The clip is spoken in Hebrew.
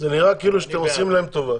זה נראה כאילו אתם עושים להם טובה.